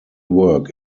work